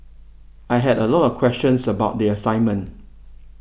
I had a lot of questions about the assignment